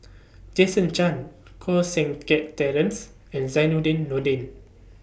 Jason Chan Koh Seng Kiat Terence and Zainudin Nordin